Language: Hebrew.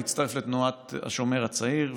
הוא הצטרף לתנועת השומר הצעיר,